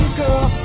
girl